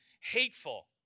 hateful